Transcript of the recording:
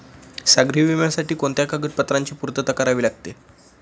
सागरी विम्यासाठी कोणत्या कागदपत्रांची पूर्तता करावी लागते?